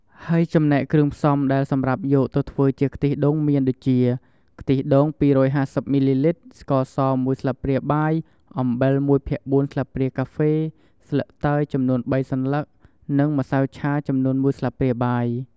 ហើយចំណែកគ្រឿងផ្សំដែលសម្រាប់យកទៅធ្វើជាខ្ទិះដូងមានដូចជា ខ្ទិះដូង២៥០មីលីលីត្រ ស្ករស១ស្លាបព្រាបាយ អំបិល១ភាគ៤ស្លាបព្រាកាហ្វេ ស្លឹកតើយចំនួន៣សន្លឹក និងម្សៅឆាចំនួន១ស្លាបព្រាបាយ។